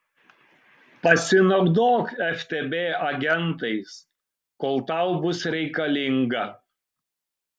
pasinaudok ftb agentais kol tau bus reikalinga